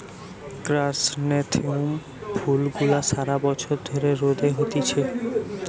chrysanthemum ফুল গুলা সারা বছর ধরে রোদে হতিছে